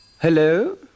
Hello